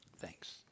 Thanks